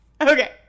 Okay